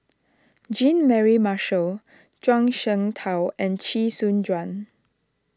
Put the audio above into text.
Jean Mary Marshall Zhuang Shengtao and Chee Soon Juan